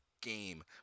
game